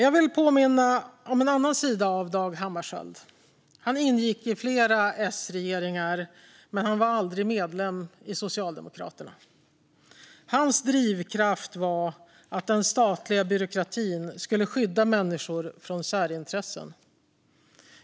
Jag vill dock påminna om en annan sida av Dag Hammarskjöld. Han ingick i flera S-regeringar, men han var aldrig medlem i Socialdemokraterna. Hans drivkraft var att den statliga byråkratin skulle skydda människor från särintressen.